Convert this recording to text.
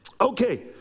Okay